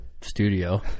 studio